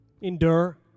Endure